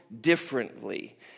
differently